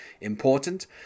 important